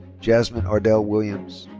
jazmine ardell williams.